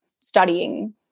studying